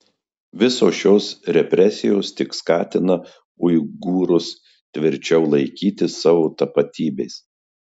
visos šios represijos tik skatina uigūrus tvirčiau laikytis savo tapatybės